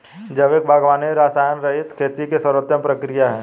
जैविक बागवानी रसायनरहित खेती की सर्वोत्तम प्रक्रिया है